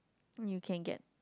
and you can get